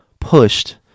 pushed